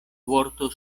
vorto